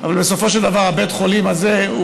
אבל בסופו של דבר בית החולים הזה הוא